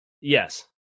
Yes